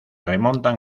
remontan